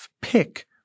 pick